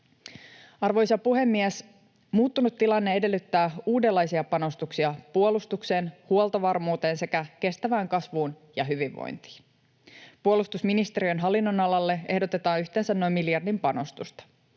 Arvoisa puhemies! Muuttunut tilanne edellyttää uudenlaisia panostuksia puolustukseen, huoltovarmuuteen sekä kestävään kasvuun ja hyvinvointiin. Puolustusministeriön hallinnonalalle ehdotetaan yhteensä noin miljardin panostusta.